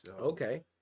Okay